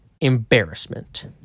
embarrassment